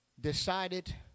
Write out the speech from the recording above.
decided